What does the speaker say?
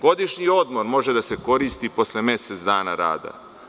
Godišnji odmor može da se koristi posle mesec dana rada.